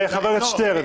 חבר הכנסת שטרן.